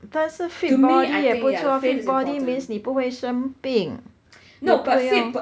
但是 fit body 也不错 fit body means 你不会生病你不用